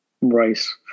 rice